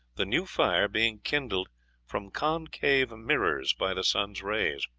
the new fire being kindled from concave mirrors by the sun's rays.